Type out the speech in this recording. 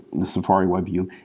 the safari webview,